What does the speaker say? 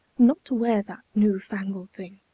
not to wear that new-fangled thing